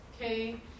okay